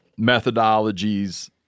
methodologies